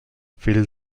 fill